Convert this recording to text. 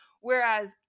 Whereas